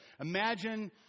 imagine